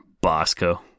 Bosco